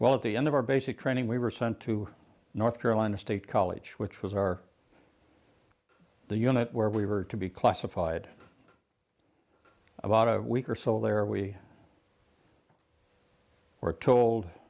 well at the end of our basic training we were sent to north carolina state college which was our the unit where we were to be classified about a week or so there we were told